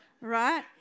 right